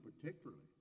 particularly